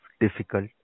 difficult